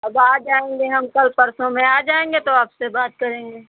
अब आ जाएंगे हम कल परसों में आ जाएंगे तो आपसे बात करेंगे